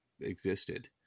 existed